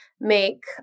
make